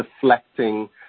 deflecting